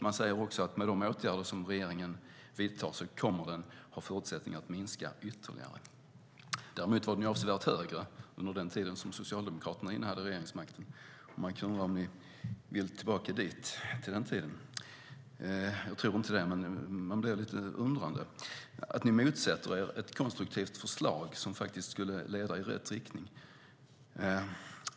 Man säger också att den kommer att ha förutsättningar att minska ytterligare med de åtgärder som regeringen vidtar. Däremot var den avsevärt högre under den tid som Socialdemokraterna innehade regeringsmakten. Man kan ju undra om ni vill tillbaka till den tiden. Jag tror inte det, men man blir lite undrande när ni motsätter er ett konstruktivt förslag som skulle leda i rätt riktning.